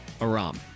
Aram